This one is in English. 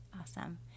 Awesome